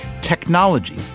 Technology